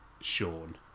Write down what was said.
Sean